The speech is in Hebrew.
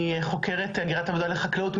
אני חוקרת הגירת עבודה לחקלאות,